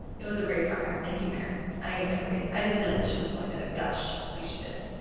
it was a great podcast, thank you marian. i agree, i didn't know that she was going to gush like she did.